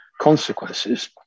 consequences